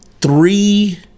three